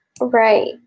Right